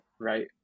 right